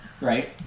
Right